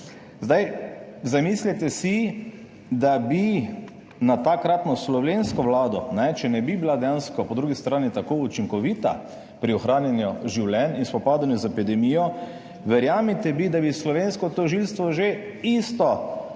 Zamislite si, da bi na takratno slovensko vlado – če ne bi bila dejansko po drugi strani tako učinkovita pri ohranjanju življenj in spopadanju z epidemijo, verjemite mi, da bi slovensko tožilstvo že enako uvedlo